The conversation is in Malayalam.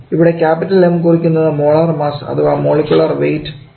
ഇവിടെ ക്യാപിറ്റൽ M കുറിക്കുന്നത് മോളാർ മാസ്സ് അഥവാ മോളിക്കുലർ വെയിറ്റ് ആണ്